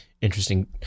Interesting